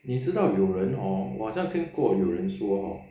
你知道有人 hor 我好像听过有人说